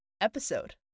episode